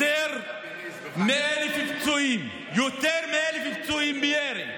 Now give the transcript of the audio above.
יותר מ-1,000 פצועים, יותר מ-1,000 פצועי ירי,